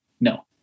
no